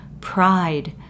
pride